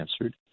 answered